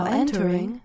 entering